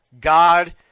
God